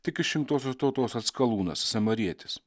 tik išrinktosios tautos atskalūnas samarietis